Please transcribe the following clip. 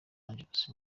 angeles